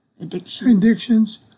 addictions